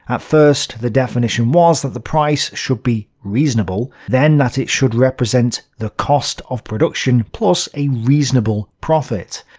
at first the definition was that the price should be reasonable, then that it should represent the cost of production plus a reasonable profit.